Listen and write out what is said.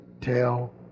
tell